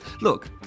Look